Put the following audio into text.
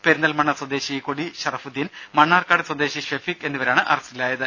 പെരിന്തൽമണ്ണ സ്വദേശി കൊടി ശറഫുദ്ധീൻ മണ്ണാർക്കാട് സ്വദേശി ഷെഫീഖ് എന്നിവരാണ് അറസ്റ്റിലായത്